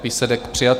Výsledek: přijato.